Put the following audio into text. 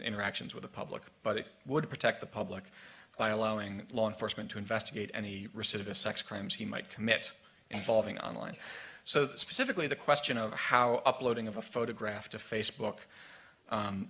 interactions with the public but it would protect the public by allowing law enforcement to investigate any recidivist sex crimes he might commit involving online so specifically the question of how uploading of a photograph to facebook